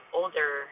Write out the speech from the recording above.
older